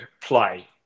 play